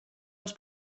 als